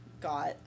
got